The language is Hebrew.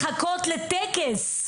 לחכות לטקס?